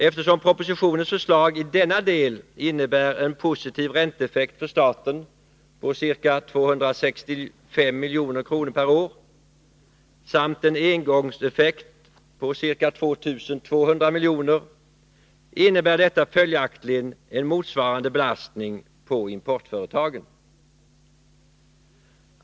Eftersom propositionens förslag i denna del innebär en positiv ränteeffekt för staten på ca 265 miljoner per år samt en engångseffekt på ca 2 200 miljoner, innebär detta följaktligen en motsvarande belastning på importföretagen.